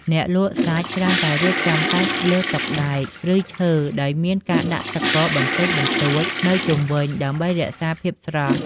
អ្នកលក់សាច់ច្រើនតែរៀបចំសាច់លើតុដែក ឬឈើ ដោយមានការដាក់ទឹកកកបន្តិចបន្តួចនៅជុំវិញ ដើម្បីរក្សាភាពស្រស់។